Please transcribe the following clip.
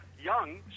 young